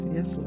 Yes